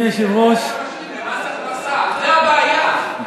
זה הבעיה,